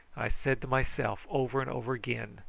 i said to myself over and over again,